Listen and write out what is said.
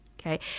okay